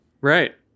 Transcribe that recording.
right